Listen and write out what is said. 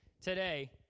today